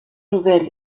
nouvel